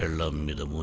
ah one minute